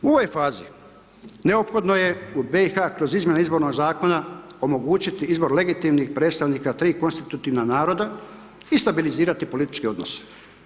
U ovoj fazi neophodno je u BiH kroz izmjene Izbornog zakona omogućiti izbor legitimnih predstavnika tri konstitutivna naroda i stabilizirati političke odnose.